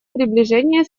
приближение